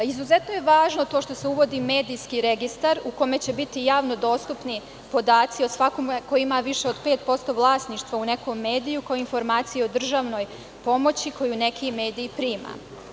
Izuzetno je važno to što se uvodi medijski registar u kome će biti javno dostupni podaci o svakom ko ima više od 5% vlasništva u nekom mediju, kao informacija o državnoj pomoći koju neki mediji primaju.